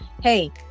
hey